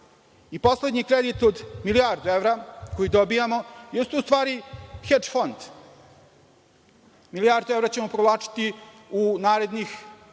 poslednji kredit od milijardu evra, koji dobijamo, jeste u stvari „heč“ fond. Milijardu evra ćemo provlačiti u narednih,